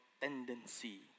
tendency